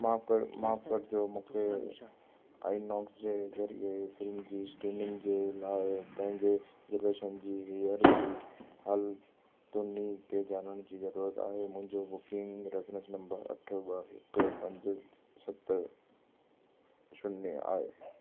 माफ़ु क माफ़ कजो मूंखे आईनॉक्स जे ज़रिये फ़िल्म जी स्क्रीनिंग जे लाइ पंहिंजे रिजर्वेशन जी हींअर जी हालतुनि खे ॼाणण जी ज़रूरत आहे मुंहिंजो बुकिंग रेफेरेंस नंबर अठ ॿ हिकु पंज सत शून्य आहे